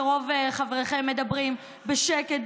רוב חבריכם מדברים בשקט,